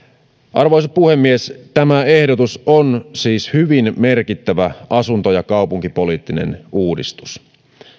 arvoisa puhemies tämä ehdotus on siis hyvin merkittävä asunto ja kaupunkipoliittinen uudistus